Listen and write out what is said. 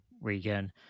Regan